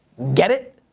get it?